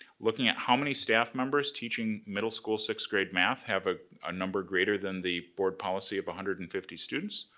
looking at how many staff members teaching middle school sixth grade math have a ah number greater than the board policy of one hundred and fifty students,